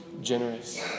generous